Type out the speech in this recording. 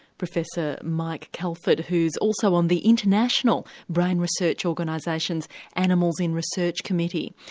professor mike calford who's also on the international brain research organisations animals in research committee.